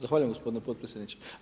Zahvaljujem gospodine potpredsjedniče.